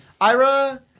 Ira